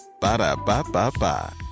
Ba-da-ba-ba-ba